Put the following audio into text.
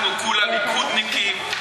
אנחנו כולה ליכודניקים,